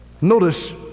Notice